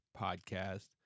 podcast